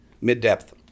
mid-depth